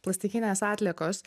plastikinės atliekos